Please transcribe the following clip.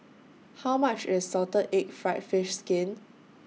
How much IS Salted Egg Fried Fish Skin